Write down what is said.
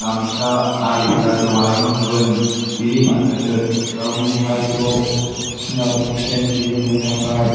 गामसा आरिफ्रा गोमालांनो हमगोन बिनि थाखायनो गावनि हारिखौ सिनायथि होनो थाखाय